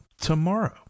tomorrow